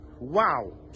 wow